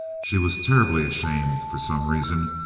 she was terribly ashamed, for some reason,